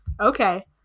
Okay